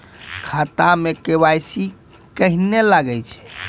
खाता मे के.वाई.सी कहिने लगय छै?